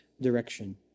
direction